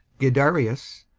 guiderius,